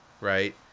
right